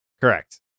Correct